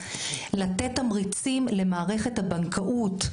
לתת תמריצים למערכת הבנקאות,